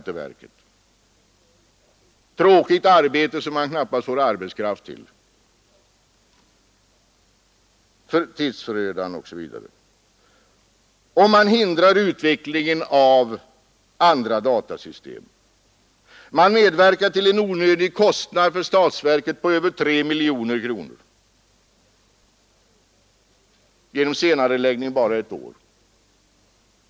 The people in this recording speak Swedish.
Det är ett tråkigt arbete som man knappast får arbetskraft till, det är tidsödande osv. Man hindrar också utvecklingen av andra datasystem, och man medverkar till en onödig kostnad för statsverket på över 3 miljoner kronor genom senareläggning bara ett år.